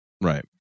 Right